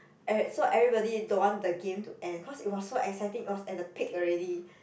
eve~ so everybody don't want the game to end cause it was so exciting it was at the peak already